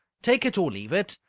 take it or leave it.